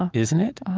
ah isn't it?